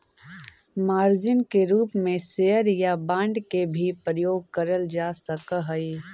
margin के रूप में शेयर या बांड के भी प्रयोग करल जा सकऽ हई